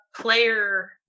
player